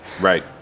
Right